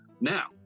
Now